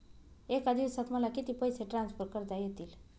एका दिवसात मला किती पैसे ट्रान्सफर करता येतील?